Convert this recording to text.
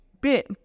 bit